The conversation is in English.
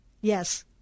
Yes